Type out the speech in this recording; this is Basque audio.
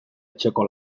etxeko